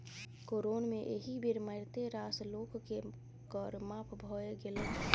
corona मे एहि बेर मारिते रास लोककेँ कर माफ भए गेलै